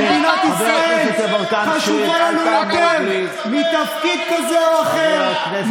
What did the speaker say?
כי מדינת ישראל חשובה לנו יותר מתפקיד כזה או אחר,